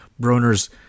Broner's